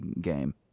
game